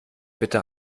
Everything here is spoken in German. bitte